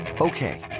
Okay